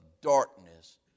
darkness